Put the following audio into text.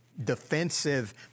defensive